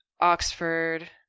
Oxford